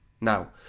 Now